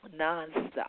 nonstop